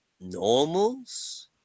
normals